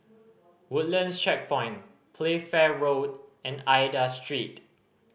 Woodlands Checkpoint Playfair Road and Aida Street